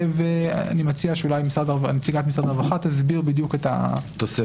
ואני מציע שאולי נציגת משרד הרווחה תסביר בדיוק את התוספות.